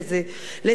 לסיכום,